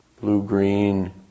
blue-green